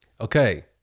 Okay